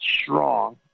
strong